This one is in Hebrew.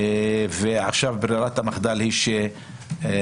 ועכשיו ברירת המחדל היא שהאזרח